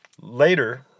later